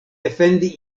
defendi